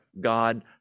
God